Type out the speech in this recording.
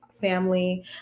family